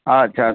ଆଚ୍ଛା ଆଚ୍ଛା